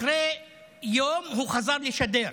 אחרי יום הוא חזר לשדר.